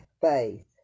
faith